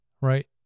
right